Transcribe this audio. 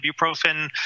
ibuprofen